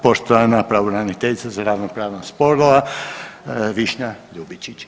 Poštovana pravobraniteljica za ravnopravnost spolova Višnja Ljubičić.